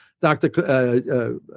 Dr